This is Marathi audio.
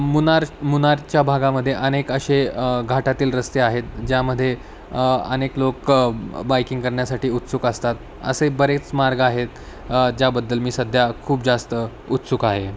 मुन्नार मुन्नारच्या भागामध्ये अनेक असे घाटातील रस्ते आहेत ज्यामध्ये अनेक लोक बाईकिंग करण्यासाठी उत्सुक असतात असे बरेच मार्ग आहेत ज्याबद्दल मी सध्या खूप जास्त उत्सुक आहे